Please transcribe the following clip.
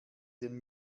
den